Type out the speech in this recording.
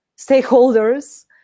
stakeholders